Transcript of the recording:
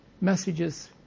messages